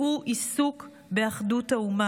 והוא עיסוק באחדות האומה,